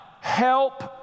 Help